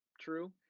true